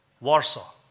Warsaw